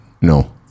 No